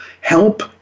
help